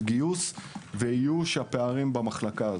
של גיוס ואיוש הפערים במחלקה הזאת.